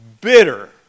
Bitter